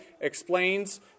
explains